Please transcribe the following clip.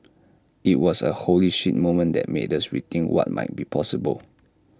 IT was A holy shit moment that made us rethink what might be possible